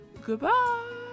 goodbye